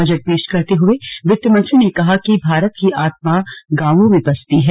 budget पेश करते हुए वित्तमंत्री ने कहा कि भारत की आत्मा गांवों में बसती है